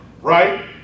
right